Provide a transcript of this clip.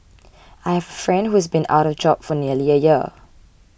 I have a friend who's been out of job for nearly a year